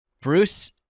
Bruce